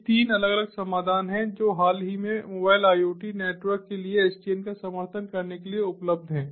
ये तीन अलग अलग समाधान हैं जो हाल ही में मोबाइल IoT नेटवर्क के लिए SDN का समर्थन करने के लिए उपलब्ध हैं